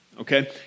okay